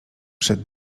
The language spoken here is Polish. przed